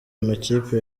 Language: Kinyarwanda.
amakipe